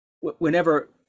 whenever